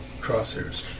crosshairs